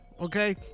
okay